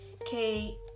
Okay